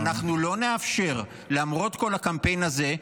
אנחנו לא נאפשר, למרות כל הקמפיין הזה,